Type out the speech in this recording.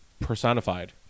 personified